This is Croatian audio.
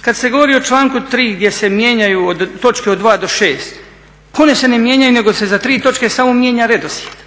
Kad ste govorilo o članku 3. gdje se mijenjaju točke od 2 do 6, pa one se ne mijenjaju nego se za 3 točke samo mijenja redoslijed.